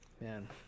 Man